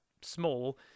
small